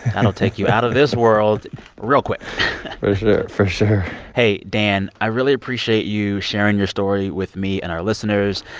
that'll take you out of this world real quick for sure. for sure hey, dan, i really appreciate you sharing your story with me and our listeners.